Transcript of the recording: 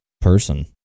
person